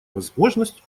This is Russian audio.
возможность